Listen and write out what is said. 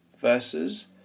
verses